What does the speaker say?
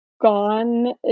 gone